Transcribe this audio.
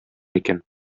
икән